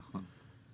נכון.